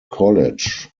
college